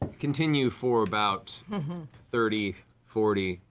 continue for about thirty, forty,